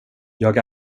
jag